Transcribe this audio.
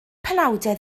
penawdau